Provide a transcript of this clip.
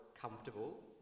comfortable